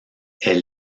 est